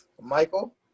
Michael